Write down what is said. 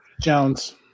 Jones